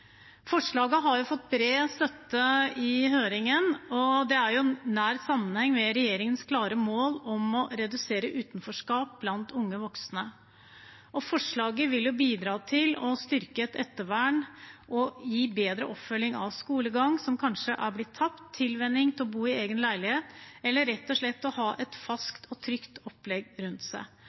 Forslaget har fått bred støtte i høringen, og det har nær sammenheng med regjeringens klare mål om å redusere utenforskap blant unge voksne. Forslaget vil bidra til å styrke ettervernet og gi bedre oppfølging av skolegang som kanskje er tapt, tilvenning til å bo i egen leilighet eller rett og slett å ha et fast og trygt opplegg rundt seg.